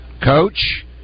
Coach